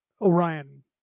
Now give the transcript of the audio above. Orion